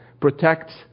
protects